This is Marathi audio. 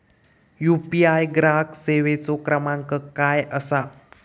यू.पी.आय ग्राहक सेवेचो क्रमांक काय असा?